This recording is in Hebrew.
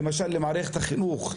למשל למערכת החינוך,